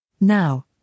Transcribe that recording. Now